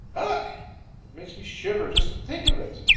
ugh! it makes me shiver just to think of it.